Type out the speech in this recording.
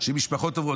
של משפחות טובות.